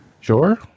Sure